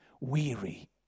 weary